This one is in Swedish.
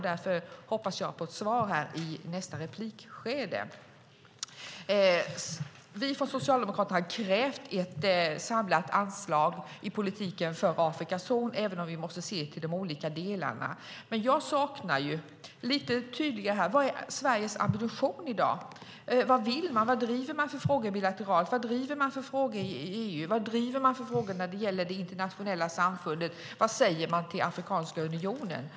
Därför hoppas jag på ett svar i nästa inlägg. Vi från Socialdemokraterna har krävt ett samlat anslag i politiken för Afrikas horn även om vi måste se till de olika delarna. Jag saknar lite tydlighet här. Vad är Sverige ambition i dag? Vad vill man? Vilka frågor driver man bilateralt? Vilka frågor driver man i EU? Vilka frågor driver man när det gäller det internationella samfundet? Vad säger man till Afrikanska unionen?